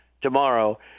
tomorrow